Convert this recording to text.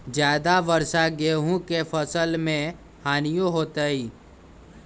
ज्यादा वर्षा गेंहू के फसल मे हानियों होतेई?